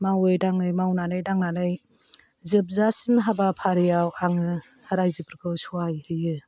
मावै दाङै मावनानै दांनानै जोबजासिम हाबाफारियाव आङो रायजोफोरखौ सहाय होयो